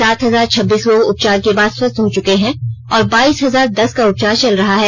सात हजार छब्बीस लोग उपचार के बाद स्वस्थ हो चुके हैं और बाईस हजार दस का उपचार चल रहा है